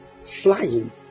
flying